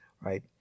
right